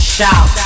Shout